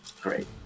Great